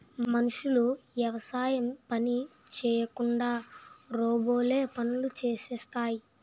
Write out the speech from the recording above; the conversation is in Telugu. మనుషులు యవసాయం పని చేయకుండా రోబోలే పనులు చేసేస్తాయి